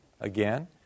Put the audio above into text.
again